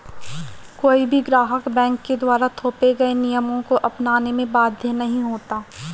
कोई भी ग्राहक बैंक के द्वारा थोपे गये नियमों को अपनाने में बाध्य नहीं होता